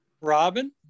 Robin